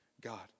God